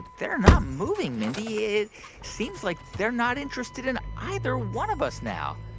they're not moving, mindy. it seems like they're not interested in either one of us now.